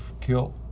kill